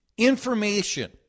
information